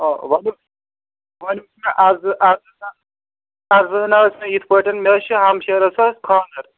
آ ولہٕ وۅنۍ چھُ مےٚ عرضہٕ ہنا عرضہٕ ہنا ٲسۍ مےٚ یِتھٕ پٲٹھۍ مےٚ حظ چھِ ہمشیرس حظ خانٛدر